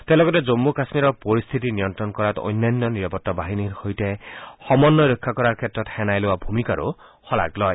তেওঁ লগতে জম্মু কাম্মীৰৰ পৰিস্থিত নিয়ন্ত্ৰণ কৰাত অন্যান্য নিৰাপত্তা বাহিনীৰ সৈতে সমন্নয় ৰক্ষা কৰাৰ ক্ষেত্ৰত সেনাই লোৱা ভূমিকাৰো শলাগ লয়